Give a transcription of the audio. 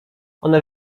one